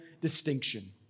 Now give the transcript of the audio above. distinction